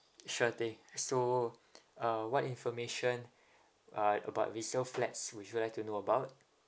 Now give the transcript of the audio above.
sure thing so um what information uh about resale flats would you like to know about